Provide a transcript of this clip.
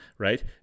Right